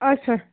اَچھا